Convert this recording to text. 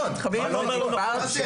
מקום.